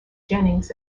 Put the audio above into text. jennings